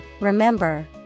remember